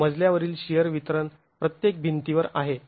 आणि हे मजल्यावरील शिअर वितरण प्रत्येक भिंतीवर आहे